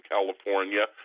California